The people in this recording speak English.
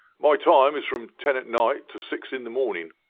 my time is from ten at night to six in the morning.